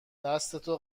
دستتو